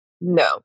No